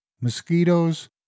mosquitoes